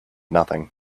nothing